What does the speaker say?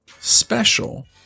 special